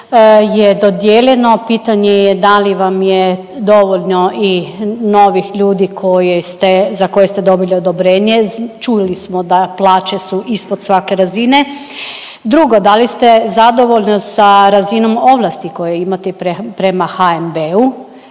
je dodijeljeno, pitanje je da li vam je dovoljno i novih ljudi koje ste, za koje ste dobili odobrenje, čuli smo da plaće su ispod svake razine? Drugo, da li ste zadovoljni sa razinom ovlasti koju imate prema HNB-u?